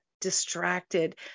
distracted